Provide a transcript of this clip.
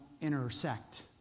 intersect